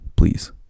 please